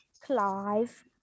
Clive